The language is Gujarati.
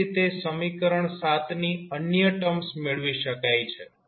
એ જ રીતે સમીકરણ ની અન્ય ટર્મ્સ મેળવી શકાય છે